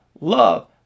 love